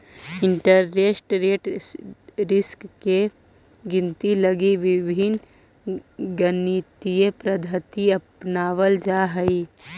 interest rate risk के गिनती लगी विभिन्न गणितीय पद्धति अपनावल जा हई